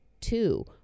two